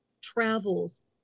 travels